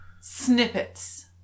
snippets